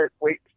Wait